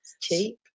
cheap